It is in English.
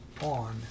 on